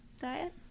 diet